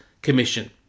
commission